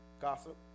Gossip